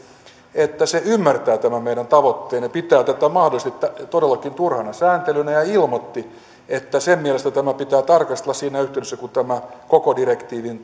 että se ymmärtää tämän meidän tavoitteemme ja pitää tätä mahdollisesti todellakin turhana sääntelynä ja ilmoitti että sen mielestä tämä pitää tarkastella siinä yhteydessä kun tämä koko direktiivin